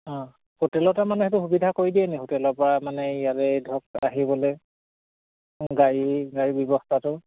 অঁ হোটেলতে মানে সেইটো সুবিধা কৰি দিয়েনি হোটেলৰ পৰা মানে ইয়াতে ধৰক আহিবলে গাড়ী গাড়ী ব্যৱস্থাটো